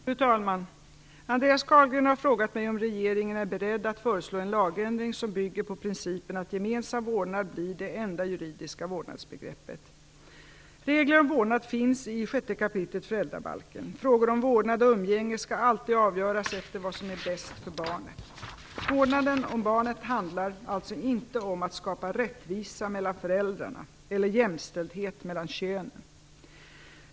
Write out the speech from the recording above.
Fru talman! Andreas Carlgren har frågat mig om regeringen är beredd att föreslå en lagändring som bygger på principen att gemensam vårdnad blir det enda juridiska vårdnadsbegreppet. Frågor om vårdnad och umgänge skall alltid avgöras efter vad som är bäst för barnet. Vårdnaden om barnet handlar alltså inte om att skapa rättvisa mellan föräldrarna eller jämställdhet mellan könen.